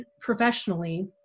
professionally